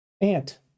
Ant